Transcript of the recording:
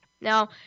Now